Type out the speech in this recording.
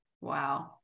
Wow